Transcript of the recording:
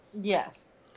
Yes